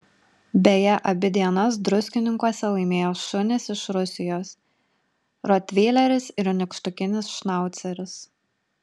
beje abi dienas druskininkuose laimėjo šunys iš rusijos rotveileris ir nykštukinis šnauceris